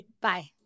Bye